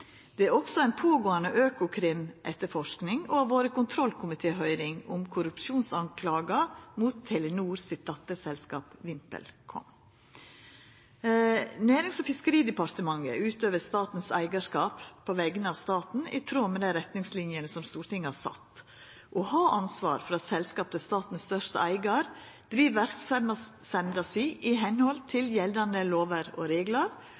Det er også ei pågåande Økokrim-etterforsking, og det har vore kontrollkomitéhøyring om korrupsjonsskuldingar mot Telenors dotterselskap VimpelCom. Nærings- og fiskeridepartementet utøver statens eigarskap på vegner av staten i tråd med dei retningslinjene som Stortinget har sett, og har ansvar for at selskap der staten er største eigar, driv verksemda si etter gjeldande lovar og reglar